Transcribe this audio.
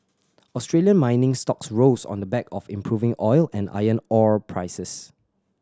Australian mining stocks rose on the back of improving oil and iron ore prices